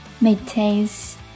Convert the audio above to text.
Maintains